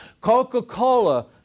Coca-Cola